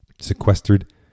Sequestered